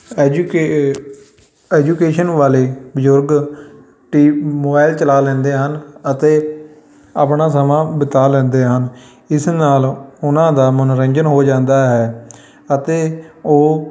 ਐਜੂਕੇ education ਵਾਲੇ ਬਜ਼ੁਰਗ ਟੀ ਮੋਬਾਈਲ ਚਲਾ ਲੈਂਦੇ ਹਨ ਅਤੇ ਆਪਣਾ ਸਮਾਂ ਬਿਤਾ ਲੈਂਦੇ ਹਨ ਇਸ ਨਾਲ ਉਹਨਾਂ ਦਾ ਮਨੋਰੰਜਨ ਹੋ ਜਾਂਦਾ ਹੈ ਅਤੇ ਉਹ